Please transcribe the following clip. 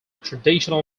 traditional